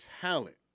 talent